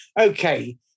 Okay